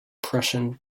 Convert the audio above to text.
prussian